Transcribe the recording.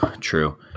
true